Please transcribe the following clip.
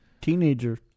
teenager